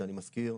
שאני מזכיר,